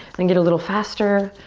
then get a little faster.